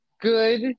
good